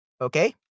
okay